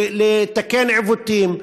לתקן עיוותים,